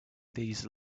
these